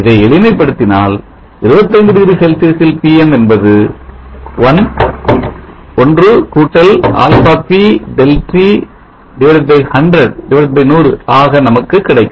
இதை எளிமை படுத்தினால் 25 டிகிரி செல்சியஸில் Pm என்பது 1αpΔT100 ஆக நமக்கு கிடைக்கும்